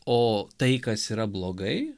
o tai kas yra blogai